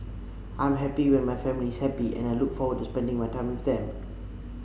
I am happy when my family is happy and I look forward to spending my time with them